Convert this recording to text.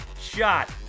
shot